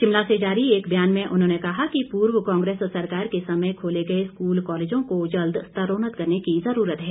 शिमला से जारी एक बयान में उन्होंने कहा कि पूर्व कांग्रेस सरकार के समय खोले गए स्कूल कॉलेजों को जल्द स्तरोन्नत करने की जुरूरत है